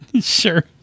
Sure